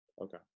Okay